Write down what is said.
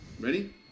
Ready